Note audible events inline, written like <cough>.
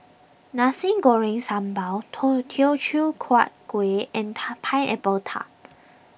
Nasi Goreng Sambal Teochew Huat Kuih and <noise> Pineapple Tart